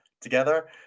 together